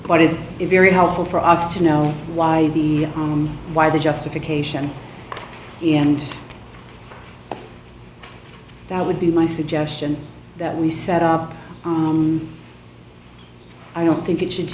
is it very helpful for us to know why the on why the justification and that would be my suggestion that we set up i don't think it should